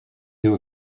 who